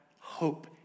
hope